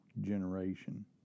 generation